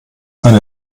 eine